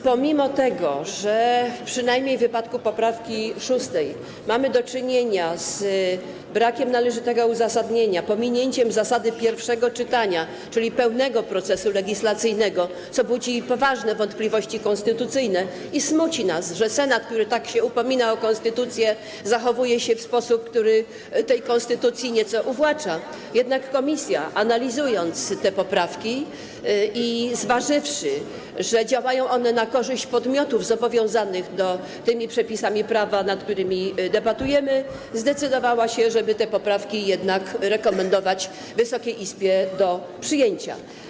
Pomimo tego, że przynajmniej w wypadku poprawki 6. mamy do czynienia z brakiem należytego uzasadnienia, z pominięciem zasady pierwszego czytania, czyli pełnego procesu legislacyjnego - co budzi poważne wątpliwości konstytucyjne i smuci nas, że Senat, który tak się upomina o konstytucję, zachowuje się w sposób, który tej konstytucji nieco uwłacza - jednak komisja, analizując te poprawki i zważywszy, że działają one na korzyść podmiotów zobowiązanych tymi przepisami prawa, nad którymi debatujemy, zdecydowała się, żeby te poprawki rekomendować Wysokiej Izbie do przyjęcia.